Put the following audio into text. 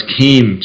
came